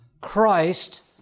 Christ